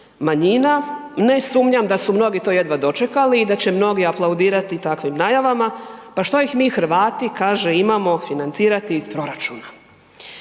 manjina. Ne sumnjam da su mnogi to jedva dočekali i da će mnogi aplaudirati takvim najavama, pa što ih mi Hrvati kaže imamo financirati iz proračuna.